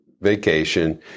vacation